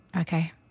Okay